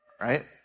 right